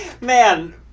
Man